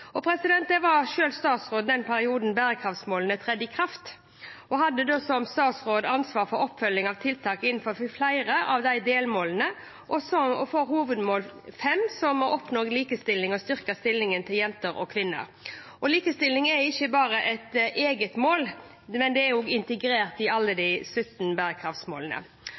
var selv statsråd i den perioden bærekraftsmålene trådte i kraft og hadde som statsråd ansvar for oppfølging av tiltak innenfor flere av delmålene og for hovedmål 5, om å oppnå likestilling og styrke stillingen til jenter og kvinner. Likestilling er ikke bare et eget mål, det er også integrert i alle de 17 bærekraftsmålene.